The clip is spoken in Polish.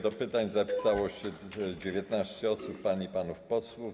Do pytań zapisało się 19 osób - pań i panów posłów.